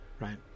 Right